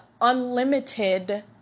unlimited